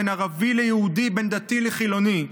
בין דתי לחילוני,